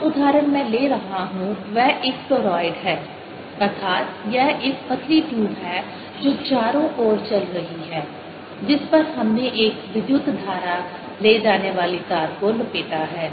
जो उदाहरण मैं ले रहा हूं वह एक टोरॉइड है अर्थात् यह एक पतली ट्यूब है जो चारों ओर चल रही है जिस पर हमने एक विद्युत धारा ले जाने वाली तार को लपेटा है